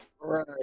Right